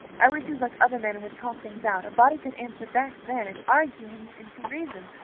i wish he was like other men and would talk things out. a body could answer back then and argue him into reason.